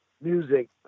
Music